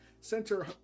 center